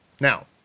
Now